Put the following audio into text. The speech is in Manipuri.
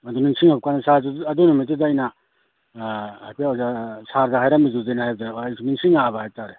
ꯑꯗꯨ ꯅꯤꯡꯁꯤꯡꯉꯛꯄ ꯀꯥꯟꯗ ꯁꯥꯔ ꯑꯗꯨ ꯅꯨꯃꯤꯠꯇꯨꯗ ꯑꯩꯅ ꯑꯥ ꯑꯩꯈꯣꯏ ꯑꯣꯖꯥ ꯁꯥꯔꯗ ꯍꯥꯏꯔꯝꯃꯤꯗꯨꯗꯤꯅ ꯍꯥꯏꯕꯗ ꯑꯩꯁꯨ ꯅꯤꯡꯁꯤꯡꯉꯛꯑꯕ ꯍꯥꯏꯇꯔꯦ